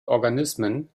organismen